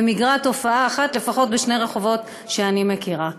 ונגרעת תופעה אחת לפחות בשני רחובות שאני מכירה.